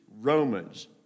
Romans